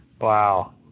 Wow